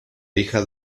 hija